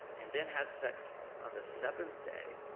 and then has sex on the seventh day,